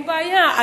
אין בעיה,